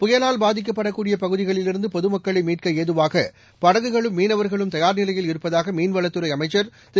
புயலால் பாதிக்கப்படக்கூடியபகுதிகளிலிருந்துபொதுமக்களைமீட்கஏதுவாகபடகுகளும் மீனவர்களும் தயார்நிலையில் இருப்பதாகமீன்வளத்துறைஅமைச்சர் திரு